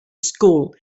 school